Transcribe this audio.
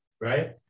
right